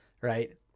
right